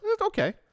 okay